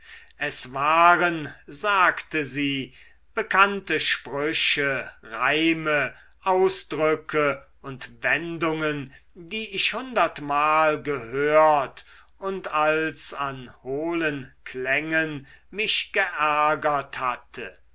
es waren sagte sie bekannte sprüche reime ausdrücke und wendungen die ich hundertmal gehört und als an hohlen klängen mich geärgert hatte